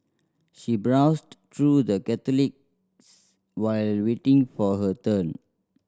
she browsed through the catalogues while waiting for her turn